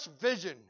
vision